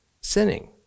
sinning